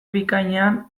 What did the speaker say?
bikainean